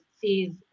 sees